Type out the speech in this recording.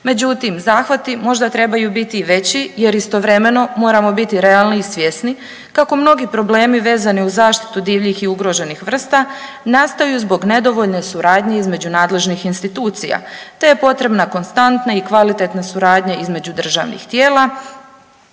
međutim zahvati možda trebaju biti veći jer istovremeno moramo biti realni i svjesni kako mnogi problemi vezani uz zaštitu divljih i ugroženih vrsta nastaju zbog nedovoljne suradnje između nadležnih institucija, te je potrebna konstantna i kvalitetna suradnja između državnih tijela